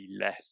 less